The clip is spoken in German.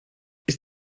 ist